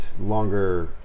longer